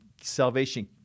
Salvation